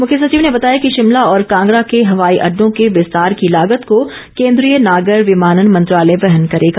मुख्य सचिव ने बताया कि शिमला और कांगडा के हवाई अड़डो के विस्तार की लागत को केन्द्रीय नागर विमानन मंत्रालय वहन करेगा